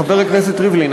חבר הכנסת ריבלין,